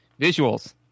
Visuals